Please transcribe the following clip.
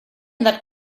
that